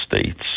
states